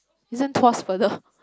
this one Tuas further